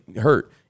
hurt